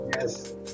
Yes